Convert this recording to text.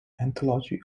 anthology